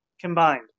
combined